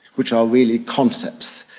which are really concepts.